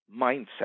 mindset